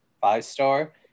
five-star